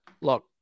look